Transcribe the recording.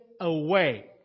away